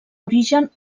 origen